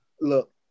look